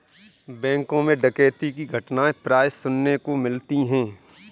बैंकों मैं डकैती की घटना प्राय सुनने को मिलती है